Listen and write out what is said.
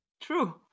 True